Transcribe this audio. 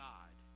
God